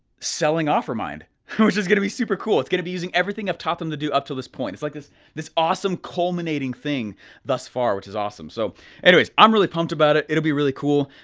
selling offermind. which is gonna be super cool, it's gonna be using everything i've taught them to do up to this point. it's like this this awesome culminating thing thus far, which is awesome. so anyways, i'm really pumped about it, it'll be really cool.